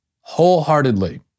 wholeheartedly